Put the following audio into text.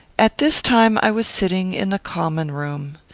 at this time i was sitting in the common room.